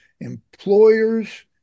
employers